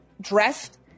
dressed